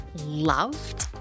loved